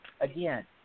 Again